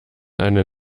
eine